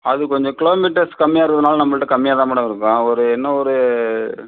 அது கொஞ்சம் kilometres கம்மியாக இருக்கிறதுனால நம்மள்கிட்ட கம்மியாக தான் மேடம் இருக்கும் ஒரு என்ன நம்ம ஒரு